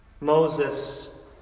Moses